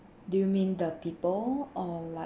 do you mean the people or like